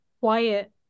quiet